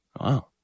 Wow